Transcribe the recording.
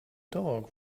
dog